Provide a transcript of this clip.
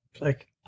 like-